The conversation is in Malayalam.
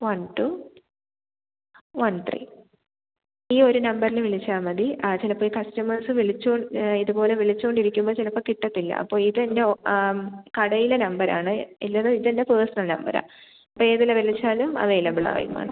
വൺ ടു വൺ ത്രീ ഈ ഒരു നമ്പരിൽ വിളിച്ചാൽ മതി ആ ചിലപ്പോൾ ഈ കസ്റ്റമേസ് വിളിച്ചോ ഇതുപോലെ വിളിച്ചോണ്ടിരിക്കുമ്പോൾ ചിലപ്പോൾ കിട്ടത്തില്ല അപ്പോൾ ഇതെൻ്റെ ഒ കടയിലെ നമ്പരാണ് ഇല്ലത് ഇതെൻ്റെ പേസ്ണൽ നമ്പരാ ഇപ്പം ഏതിൽ വിളിച്ചാലും അവൈലബിളായി മാഡം